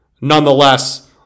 Nonetheless